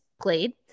played